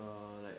err like